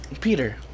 Peter